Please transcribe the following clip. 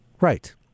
right